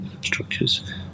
structures